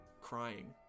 crying